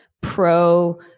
pro